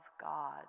God